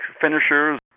finishers